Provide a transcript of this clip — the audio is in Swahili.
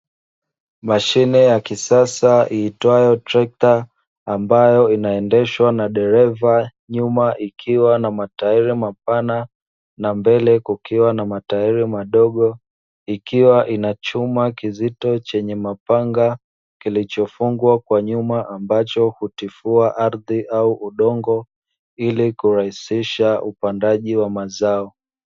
Mashine ya kisasa iitwayo trekta, ambayo inaendeshwa na dereva nyuma ikiwa na matairi mapana na mbele kukiwa na matairi madogo, ikiwa ina chuma kizito chenye mapanga kilichofungwa kwa nyuma; ambacho hutifua ardhi au udongo ili kurahisisha upandaji wa mazao.